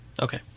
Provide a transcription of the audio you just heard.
Okay